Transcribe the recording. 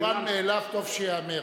המובן מאליו טוב שייאמר.